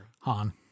Han